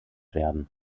werden